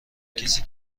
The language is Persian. کسی